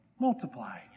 Multiply